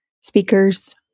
speakers